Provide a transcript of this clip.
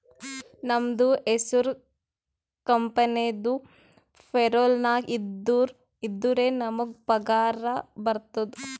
ನಮ್ದು ಹೆಸುರ್ ಕಂಪೆನಿದು ಪೇರೋಲ್ ನಾಗ್ ಇದ್ದುರೆ ನಮುಗ್ ಪಗಾರ ಬರ್ತುದ್